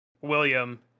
William